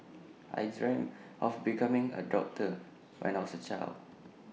I dreamt of becoming A doctor when I was A child